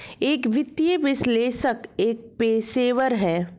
एक वित्तीय विश्लेषक एक पेशेवर है